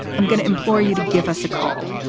i'm going to implore you to give us a call,